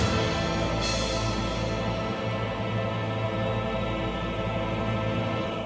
em